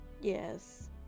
yes